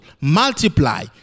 multiply